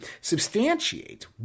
substantiate